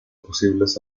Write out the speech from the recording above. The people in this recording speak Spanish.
posibles